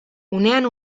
unean